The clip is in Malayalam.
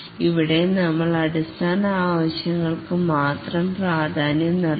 ഇവിടെ നമ്മൾ അടിസ്ഥാന ആവശ്യങ്ങൾക്ക് മാത്രം പ്രാധാന്യം നൽകും